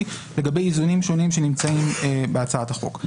לגבי איזונים שונים שנמצאים בהצעת החוק.